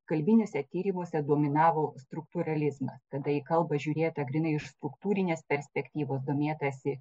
kalbinėse tyrimuose dominavo struktūralizmas kada į kalbą žiūrėta grynai iš struktūrinės perspektyvos domėtasi